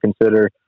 consider